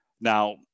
Now